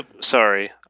Sorry